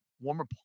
Warmer